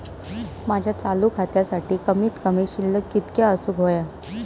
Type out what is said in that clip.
माझ्या चालू खात्यासाठी कमित कमी शिल्लक कितक्या असूक होया?